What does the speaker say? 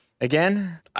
again